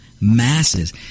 masses